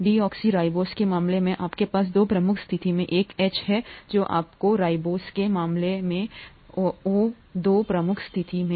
deoxyribose के मामले में आपके पास दो प्रमुख स्थिति में एक एच है जो आपको राइबोज के मामले में है ओह दो प्रमुख स्थिति में है